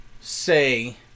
say